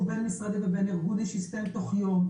בין משרדי ובין ארגוני שיסתיים תוך יום.